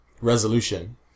resolution